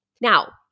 Now